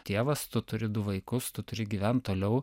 tėvas tu turi du vaikus tu turi gyvent toliau